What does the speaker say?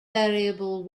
variable